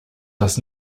does